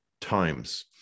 times